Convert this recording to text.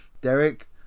Derek